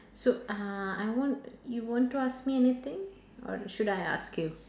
so uh I want you want to ask me anything or should I ask you